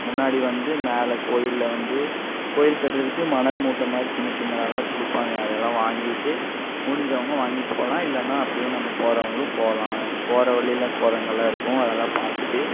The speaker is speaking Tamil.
முன்னாடி வந்து மேலே கோயிலில் வந்து கோயில் கட்டுறதுக்கு மணல் மூட்டை மாதிரி சின்ன சின்னதாலாம் கொடுப்பாங்க அதெல்லாம் வாங்கிகிட்டு முடிஞ்சவங்க வாங்கிகிட்டு போகலாம் இல்லேனால் அப்படியே நம்ம போறவங்களும் போகலாம் போகிற வழியில குரங்குலாம் இருக்கும் அதெல்லாம் பார்த்துட்டு